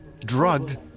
drugged